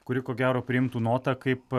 kuri ko gero priimtų notą kaip